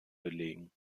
belegen